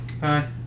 Hi